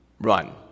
Run